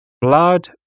Blood